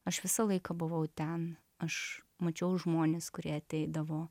aš visą laiką buvau ten aš mačiau žmones kurie ateidavo